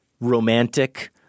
romantic